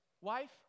wife